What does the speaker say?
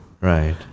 Right